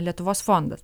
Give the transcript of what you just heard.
lietuvos fondas